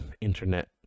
internet